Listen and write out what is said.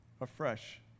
afresh